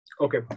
Okay